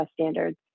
standards